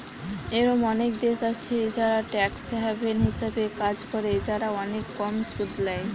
এরোম অনেক দেশ আছে যারা ট্যাক্স হ্যাভেন হিসাবে কাজ করে, যারা অনেক কম সুদ ল্যায়